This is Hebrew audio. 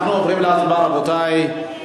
אנחנו עוברים להצבעה, רבותי.